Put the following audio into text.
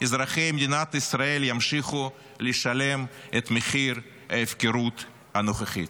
אזרחי מדינת ישראל ימשיכו לשלם את מחיר ההפקרות הנוכחית.